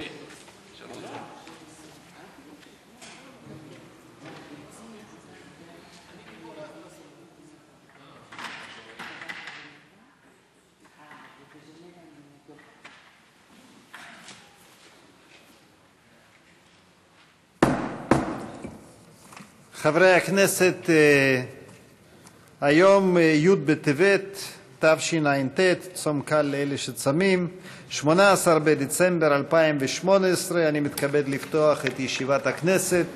18 בדצמבר 2018. אני מתכבד לפתוח את ישיבת הכנסת.